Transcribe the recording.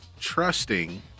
trusting